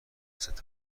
ستاره